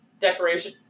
decoration